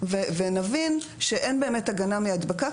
ונבין שאין באמת הגנה מהדבקה,